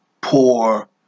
Poor